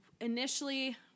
initially